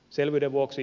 selvyyden vuoksi